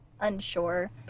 unsure